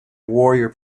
warrior